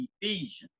Ephesians